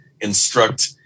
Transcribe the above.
instruct